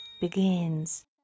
begins